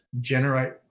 Generate